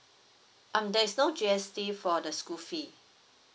um there is no G_S_T for the school fee